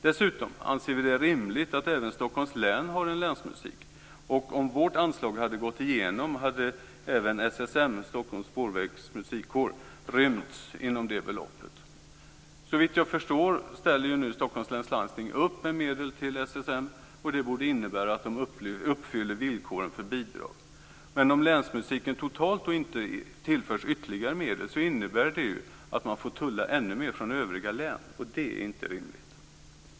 Dessutom anser vi att det är rimligt att även Stockholms län har en länsmusik. Om vårt anslag hade gått igenom hade även SSM, Stockholms Spårvägsmäns Musikkår, rymts inom det beloppet. Såvitt jag förstår ställer Stockholms läns landsting upp med medel till SSM, och det borde även innebära att de uppfyller villkoren för bidrag. Men om Länsmusiken totalt inte tillförs ytterligare medel innebär det att man får tulla ännu mer från övriga län, och det är inte rimligt.